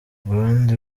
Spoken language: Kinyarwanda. abandi